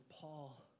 Paul